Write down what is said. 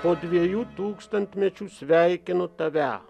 po dviejų tūkstantmečių sveikinu tave